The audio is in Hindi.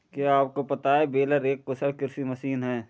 क्या आपको पता है बेलर एक कुशल कृषि मशीन है?